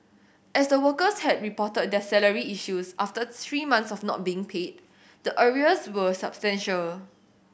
as the workers had reported their salary issues after three months of not being paid the arrears were substantial